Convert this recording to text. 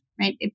right